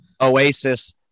Oasis